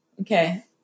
Okay